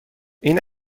این